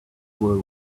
were